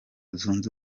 zunze